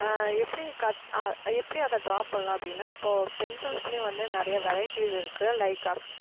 எப்படி கத் எப்படி அதை ட்ரா பண்ணலாம் அப்படின்னா இப்போது பென்சில்ஸ்லேயே வந்து நிறைய வெரைட்டிஸ் இருக்குது லைக்